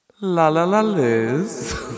La-la-la-liz